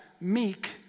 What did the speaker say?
meek